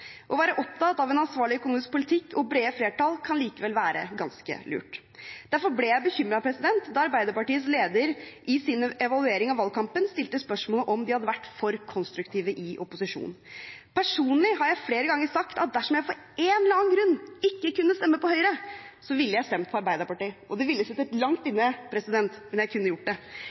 Å være opptatt av en ansvarlig økonomisk politikk og brede flertall kan likevel være ganske lurt. Derfor ble jeg bekymret da Arbeiderpartiets leder i sin evaluering av valgkampen stilte spørsmålet om de hadde vært for konstruktive i opposisjon. Personlig har jeg flere ganger sagt at dersom jeg av en eller annen grunn ikke kunne stemme på Høyre, ville jeg ha stemt på Arbeiderpartiet – og det ville ha sittet langt inne, men jeg kunne gjort det.